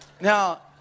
Now